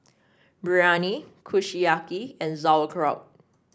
Biryani Kushiyaki and Sauerkraut